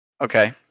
Okay